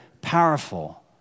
powerful